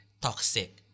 Toxic